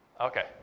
Okay